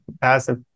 passive